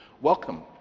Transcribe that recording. Welcome